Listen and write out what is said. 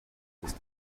ist